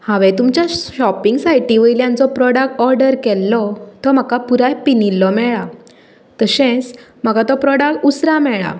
हांवें तुमच्या शाॅपिंग सायटी वेल्यान जो प्रोटाक्ट ऑर्डर केल्लो तो म्हाका पुराय पिनिल्लो मेळ्ळा तशेंच म्हाका तो प्रोडाक्ट उसरां मेळ्ळा